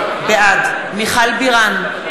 בעד מיכל בירן,